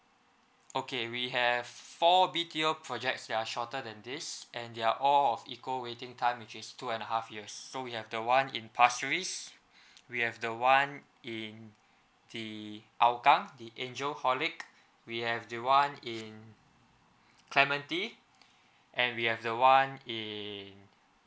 okay we have four B_T_O projects they're shorter than this and they're all of equal waiting time which is two and half years so we have the one in pasir ris we have the one in the hougang the angel horlicks we have the one in clementi and we have the one in